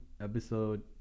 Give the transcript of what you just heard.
episode